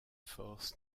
forces